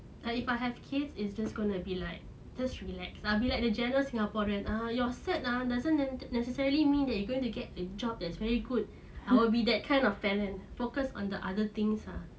like if I have kids it's just gonna be like just relax I will be like the general singaporean like your cert ah doesn't necessarily mean that you going to get a job that's very good I will be that kind of parent focus on the other things ah